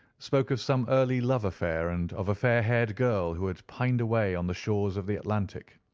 spoke of some early love affair, and of a fair-haired girl who had pined away on the shores of the atlantic.